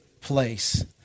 place